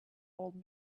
old